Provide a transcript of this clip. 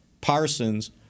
Parsons